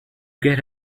get